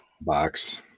Box